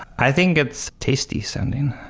i think it's tasty sending.